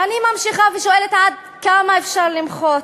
ואני ממשיכה ושואלת עד כמה אפשר למחות,